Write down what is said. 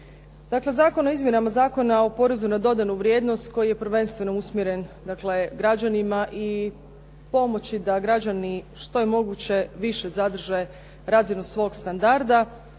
Zakon o izmjenama Zakona o porezu na dodanu vrijednost koji je prvenstveno usmjeren dakle građanima i pomoći da građani što je moguće više zadrže razinu svog standarda